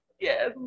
Yes